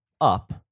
up